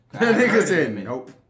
nope